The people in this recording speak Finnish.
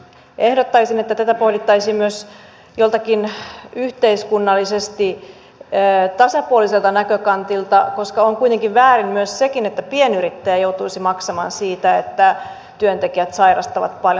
ehdottaisin että tätä pohdittaisiin myös joltakin yhteiskunnallisesti tasapuoliselta näkökantilta koska on kuitenkin väärin myös se että pienyrittäjä joutuisi maksamaan siitä että työntekijät sairastavat paljon